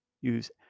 use